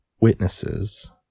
witnesses